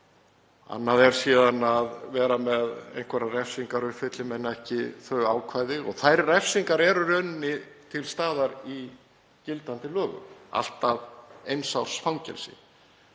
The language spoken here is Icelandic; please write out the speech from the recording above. annað er síðan að vera með einhverjar refsingar, uppfylli menn ekki þau ákvæði. Þær refsingar eru í rauninni til staðar í gildandi lögum, allt að eins árs fangelsi.